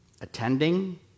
attending